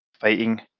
fighting